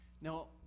Now